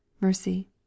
Mercy